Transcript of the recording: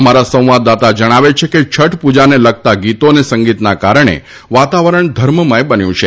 અમારા સંવાદદાતા જણાવે છે કે છઠ પૂજાને લગતા ગીતો અને સંગીતના કારણે વાતાવરણ ધર્મમય બન્યું છે